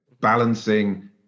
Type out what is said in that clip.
balancing